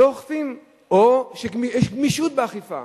לא אוכפים, או שיש גמישות באכיפה.